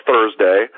Thursday